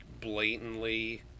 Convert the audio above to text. blatantly